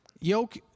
Yoke